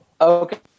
Okay